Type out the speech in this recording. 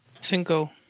Cinco